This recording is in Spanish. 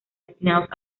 destinados